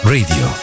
Radio